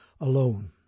alone